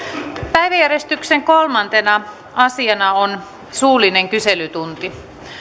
päiväjärjestyksen kolmantena asiana on suullinen kyselytunti